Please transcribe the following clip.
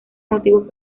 motivos